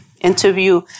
interview